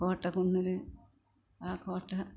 കൊട്ടക്കുന്നിന് ആ കോട്ട